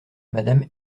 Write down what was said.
madame